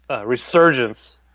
resurgence